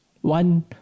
One